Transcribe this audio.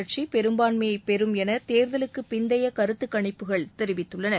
கட்சி பெரும்பான்மையை பெறும் என தேர்தலுக்கு பிந்தைய கருத்து கணிப்புகள் தெரிவித்துள்ளன